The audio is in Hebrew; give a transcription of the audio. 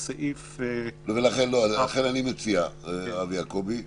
לכן אני מציע, הרב יעקבי,